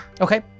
Okay